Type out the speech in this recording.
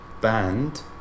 band